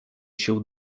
się